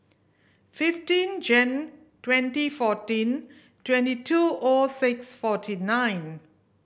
fifteen Jan twenty fourteen twenty two O six forty nine